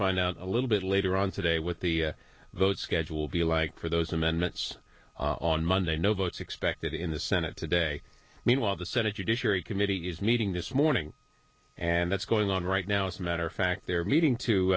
find out a little bit later on today what the vote schedule be like for those amendments on monday no votes expected in the senate today meanwhile the senate judiciary committee is meeting this morning and that's going on right now as a matter of fact they're meeting to